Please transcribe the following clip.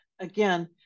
again